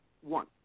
one